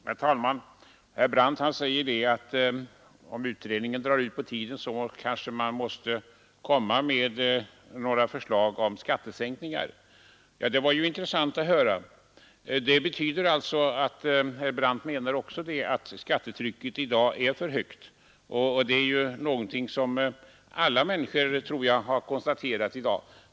Herr talman! Herr Brandt säger att om utredningen drar ut på tiden så kanske man måste komma med några förslag om skattesänkningar. Det var ju intressant att höra. Det betyder alltså att herr Brandt också menar att skattetrycket i dag är för högt, och det är någonting som jag tror att alla människor har konstaterat i dag.